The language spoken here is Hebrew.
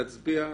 להצביע.